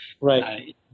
Right